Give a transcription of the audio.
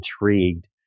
intrigued